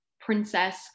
princess